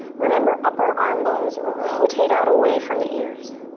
remember, upper arm bones rotate out away from the ears.